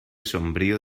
sombrío